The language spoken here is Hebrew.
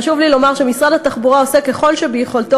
חשוב לי לומר שמשרד התחבורה עושה ככל שביכולתו